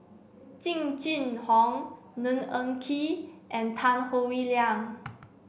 Jing Jun Hong Ng Eng Kee and Tan Howe Liang